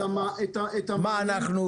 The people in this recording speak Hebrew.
מה אתם עושים